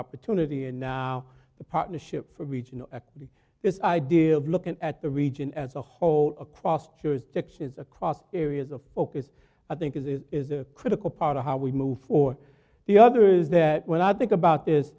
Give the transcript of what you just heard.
opportunity and now the partnership for reaching this idea of looking at the region as a whole across to its actions across areas of focus i think is a critical part of how we move forward the other is that when i think about is